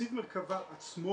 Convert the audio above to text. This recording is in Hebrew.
תקציב מרכב"ה עצמו